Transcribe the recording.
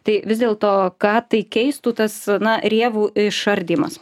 tai vis dėlto ką tai keistų tas na rėvų išardymas